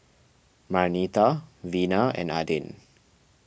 Marnita Vena and Adin